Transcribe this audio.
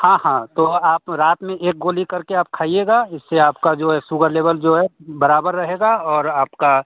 हाँ हाँ तो आप रात में एक गोली करके आप खाईएगा इससे आपका जो है सुगर लेवल जो है बराबर रहेगा और आपका